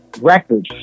records